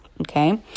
okay